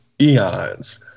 eons